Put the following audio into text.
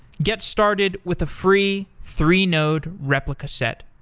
get started with a free three-node replica set,